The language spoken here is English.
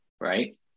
right